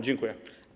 Dziękuję.